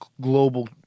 global